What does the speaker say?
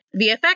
vfx